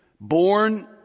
Born